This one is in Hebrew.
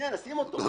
זה לא למישהו.